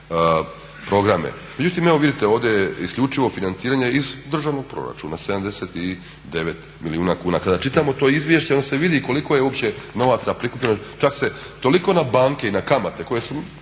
Međutim, evo vidite ovdje je isključivo financiranje iz državnog proračuna, 79 milijuna kuna. Kada čitamo to izvješće onda se vidi koliko je uopće novaca prikupljeno, čak se toliko na banke i na kamate koje su